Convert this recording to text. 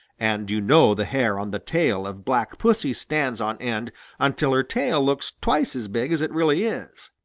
and you know the hair on the tail of black pussy stands on end until her tail looks twice as big as it really is.